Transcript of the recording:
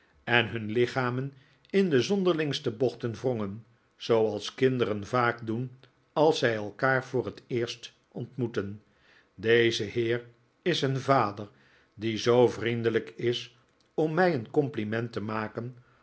en hun lichamen in de zonderlingste bochten wrongen zooals kinderen vaak doen als zij elkaar voor het eerst ontmoeten deze heer is een vader die zoo vriendelijk is om mij een compliment te maken